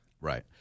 Right